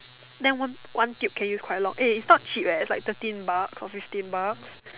then one one tube can use quite long eh it's not cheap eh it's like thirteen bucks or fifteen bucks